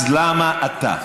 אז למה אתה,